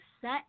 set